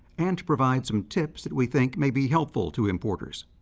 and to provide some tips that we think may be helpful to importers.